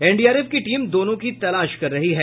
NDRF की team दोनों की तलाश कर रही है